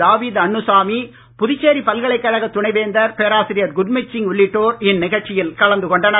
தாவீது அன்னுசாமி புதுச்சேரி பல்கலைக்கழக துணைவேந்தர் பேராசிரியர் குர்மித் சிங் உள்ளிட்டோர் இந்நிகழ்ச்சியில் கலந்து கொண்டனர்